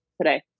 today